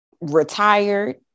retired